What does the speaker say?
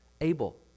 Abel